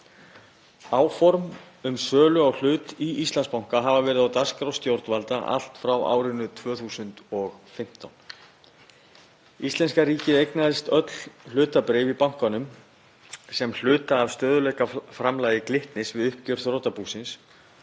Áform um sölu á hlut í Íslandsbanka hafa verið á dagskrá stjórnvalda allt frá árinu 2015. Íslenska ríkið eignaðist öll hlutabréf í bankanum sem hluta af stöðugleikaframlagi Glitnis við uppgjör þrotabúsins